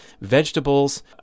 vegetables